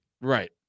Right